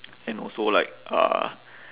and also like uh